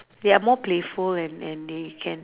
they are more playful and and they can